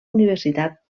universitat